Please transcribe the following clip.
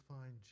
find